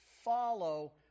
follow